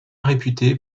réputé